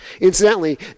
Incidentally